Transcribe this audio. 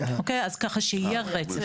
אז ככה שיהיה רצף.